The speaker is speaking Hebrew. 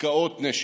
עסקאות נשק.